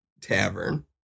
Tavern